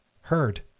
heard